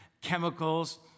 chemicals